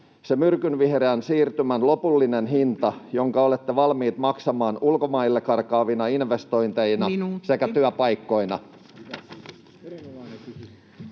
myrkynvihreän siirtymän lopullinen hinta, jonka olette valmiit maksamaan ulkomaille karkaavina investointeina sekä työpaikkoina?